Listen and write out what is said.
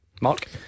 Mark